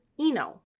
Eno